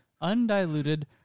undiluted